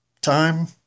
time